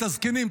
את הזקנים,